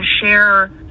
share